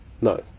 No